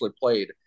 played